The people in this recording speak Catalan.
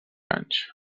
anys